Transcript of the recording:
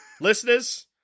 listeners